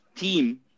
team